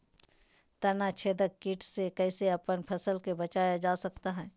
तनाछेदक किट से कैसे अपन फसल के बचाया जा सकता हैं?